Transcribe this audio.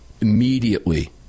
immediately